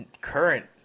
current